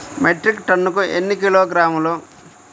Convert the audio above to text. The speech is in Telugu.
మెట్రిక్ టన్నుకు ఎన్ని కిలోగ్రాములు?